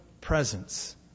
presence